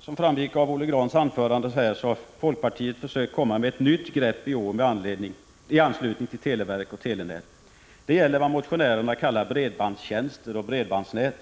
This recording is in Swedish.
Som framgick av Olle Grahns anförande har folkpartiet försökt komma med ett nytt grepp i år i anslutning till televerk och telenät. Det gäller vad motionärerna kallar bredbandstjänster och bredbandsnät.